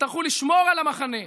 תצטרכו לשמור על המחנה,